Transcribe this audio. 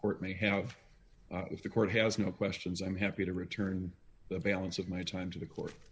court may have the court has no questions i'm happy to return the balance of my time to the court